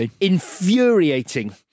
infuriating